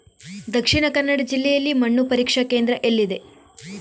ದಕ್ಷಿಣ ಕನ್ನಡ ಜಿಲ್ಲೆಯಲ್ಲಿ ಮಣ್ಣು ಪರೀಕ್ಷಾ ಕೇಂದ್ರ ಎಲ್ಲಿದೆ?